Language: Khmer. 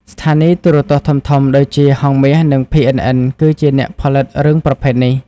ស្ថានីយទូរទស្សន៍ធំៗដូចជា ហង្សមាស និង PNN គឺជាអ្នកផលិតរឿងប្រភេទនេះ។